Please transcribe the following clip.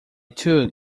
two